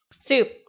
Soup